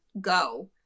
go